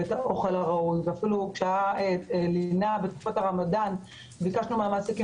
את האוכל הראוי ואפילו בתקופת הרמדאן ביקשנו מהמעסיקים